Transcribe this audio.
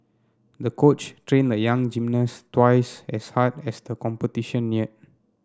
the coach trained the young gymnast twice as hard as the competition neared